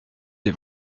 des